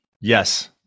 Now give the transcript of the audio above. Yes